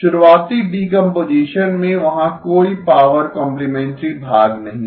शुरुआती डीकम्पोजीशन में वहाँ कोई पावर कॉम्प्लिमेंटरी भाग नहीं था